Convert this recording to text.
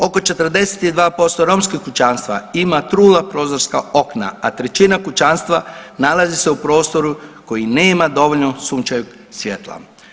Oko 42% romskih kućanstva ima trula prozorska okna, a trećina kućanstva nalazi se u prostoru koji nema dovoljno sunčevog svjetla.